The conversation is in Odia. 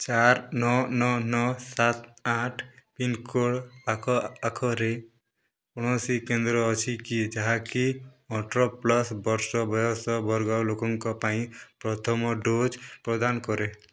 ଚାରି ନଅ ନଅ ନଅ ସାତ ଆଠ ପିନ୍କୋଡ଼୍ ଆଖ ପାଖରେ କୌଣସି କେନ୍ଦ୍ର ଅଛି କି ଯାହାକି ଅଠର ପ୍ଲସ୍ ବର୍ଷ ବୟସ ବର୍ଗର ଲୋକଙ୍କ ପାଇଁ ପ୍ରଥମ ଡୋଜ୍ ପ୍ରଦାନ କରେ